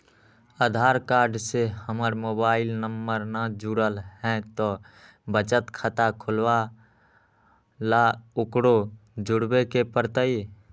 आधार card से हमर mobile number न जुरल है त बचत खाता खुलवा ला उकरो जुड़बे के पड़तई?